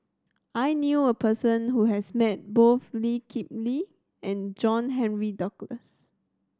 I knew a person who has met both Lee Kip Lee and John Henry Duclos